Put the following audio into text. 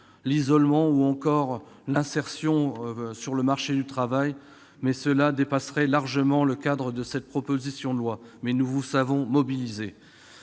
l'isolement ou encore l'insertion sur le marché du travail, mais cela dépasserait largement le cadre de cette proposition de loi. Madame la secrétaire